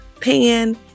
pan